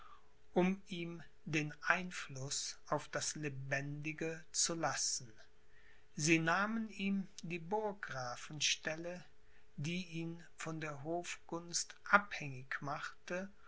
um ihm den einfluß auf das lebendige zu lassen sie nahmen ihm die burggrafenstelle die ihn von der hofgunst abhängig machte